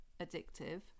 addictive